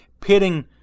pitting